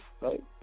Right